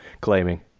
claiming